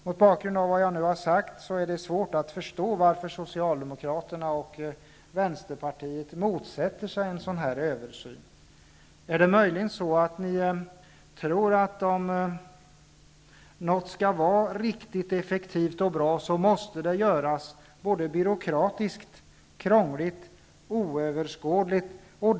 Mot bakgrund av vad jag nu har sagt är det svårt att förstå varför Socialdemokraterna och Vänsterpartiet motsätter sig en sådan här översyn. Tror ni att om något skall vara riktigt effektivt och bra måste det göras byråkratiskt, krångligt och oöverskådligt?